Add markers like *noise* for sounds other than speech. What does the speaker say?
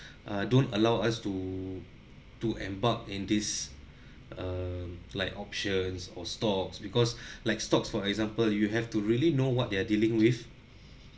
*breath* uh don't allow us to to embark in this um like options or stocks because *breath* like stocks for example you have to really know what they're dealing with